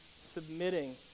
submitting